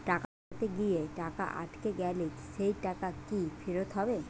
টাকা পাঠাতে গিয়ে টাকা আটকে গেলে সেই টাকা কি ফেরত হবে?